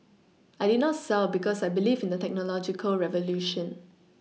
I did not sell because I believe in the technological revolution